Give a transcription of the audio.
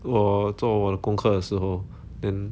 我做我的功课的时候 then